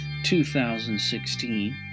2016